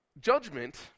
Judgment